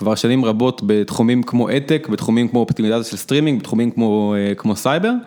כבר שנים רבות בתחומים כמו אתק, בתחומים כמו אופטימיזציה של סטרימינג, בתחומים כמו סייבר.